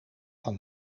van